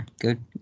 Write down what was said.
good